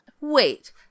Wait